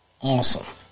Awesome